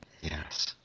Yes